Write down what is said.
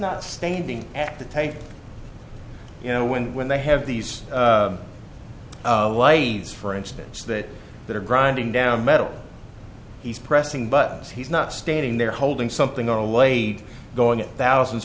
not standing at the tank you know when when they have these aides for instance that that are grinding down metal he's pressing buttons he's not standing there holding something or a weight going up thousands